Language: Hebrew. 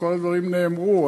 כל הדברים נאמרו.